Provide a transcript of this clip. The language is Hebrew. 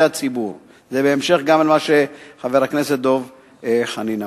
הציבור" זה בהמשך גם למה שחבר הכנסת דב חנין אמר.